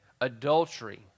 adultery